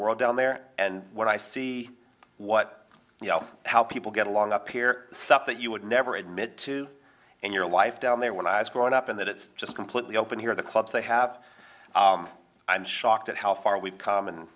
world down there and what i see what you know how people get along up here stuff that you would never admit to in your life down there when i was growing up in that it's just completely open here the clubs they have i'm shocked at how far we've come